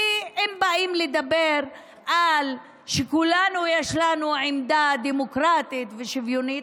אם באים לדבר על כך שלכולנו יש עמדה דמוקרטית ושוויונית,